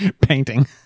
painting